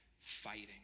fighting